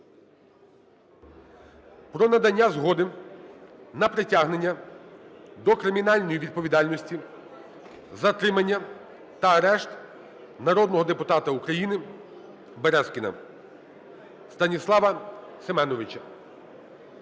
про надання згоди на притягнення до кримінальної відповідальності, затримання та арешт народного депутата України Березкіна Станіслава Семеновича.